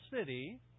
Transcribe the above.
city